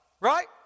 right